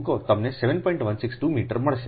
162 metre મળશે